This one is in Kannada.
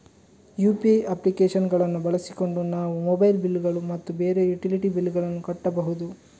ಯು.ಪಿ.ಐ ಅಪ್ಲಿಕೇಶನ್ ಗಳನ್ನು ಬಳಸಿಕೊಂಡು ನಾವು ಮೊಬೈಲ್ ಬಿಲ್ ಗಳು ಮತ್ತು ಬೇರೆ ಯುಟಿಲಿಟಿ ಬಿಲ್ ಗಳನ್ನು ಕಟ್ಟಬಹುದು